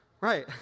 Right